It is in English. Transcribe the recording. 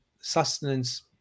Sustenance